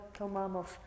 tomamos